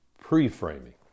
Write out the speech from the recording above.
pre-framing